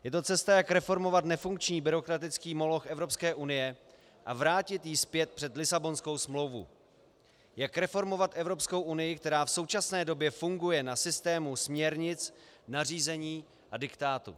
Je to cesta, jak reformovat nefunkční byrokratický moloch Evropské unie a vrátit ji zpět před Lisabonskou smlouvu, jak reformovat Evropskou unii, která v současné době funguje na systému směrnic, nařízení a diktátu.